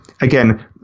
again